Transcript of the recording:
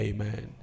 Amen